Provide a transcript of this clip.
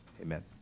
amen